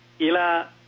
Ila